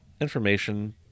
information